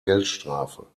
geldstrafe